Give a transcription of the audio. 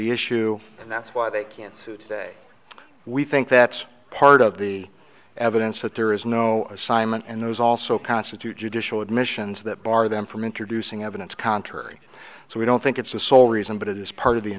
the issue and that's why they can't sue today we think that's part of the evidence that there is no assignment and those also constitute judicial admissions that bar them from introducing evidence contrary so we don't think it's the sole reason but it is part of the